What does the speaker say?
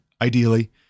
ideally